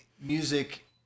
music